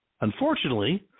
Unfortunately